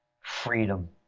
Freedom